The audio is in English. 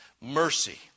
Mercy